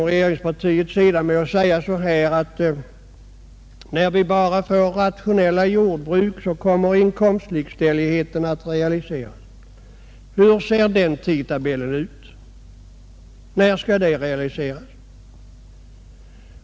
Regeringen försvarar delta med att säga, att när vi bara får rationella jordbruk, så kommer inkomstlikställigheten att realiseras. Hur ser den tidtabellen ut? När skall den realiseras?